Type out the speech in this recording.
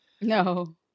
No